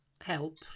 help